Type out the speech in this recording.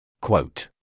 Quote